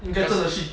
真的是